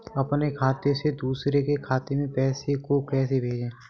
अपने खाते से दूसरे के खाते में पैसे को कैसे भेजे?